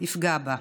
יפגע בה.